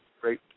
great